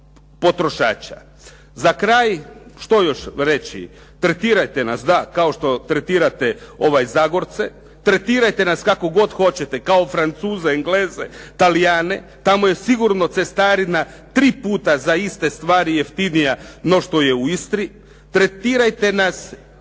potrošača. Za kraj što još reći, tretirajte nas da kao što tretirate Zagorce. Tretirajte nas kako god hoćete, kao Francuze, Engleze, Talijane. Tamo je sigurno cestarina tri puta za iste stvari jeftinija no što je u Istri. Tretirajte nas,